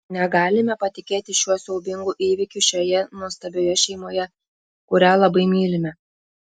negalime patikėti šiuo siaubingu įvykiu šioje nuostabioje šeimoje kurią labai mylime